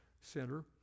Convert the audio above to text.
Center